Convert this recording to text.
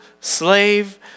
slave